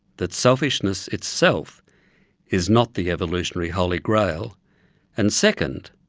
that selfishness itself is not the evolutionary holy grail and second,